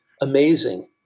amazing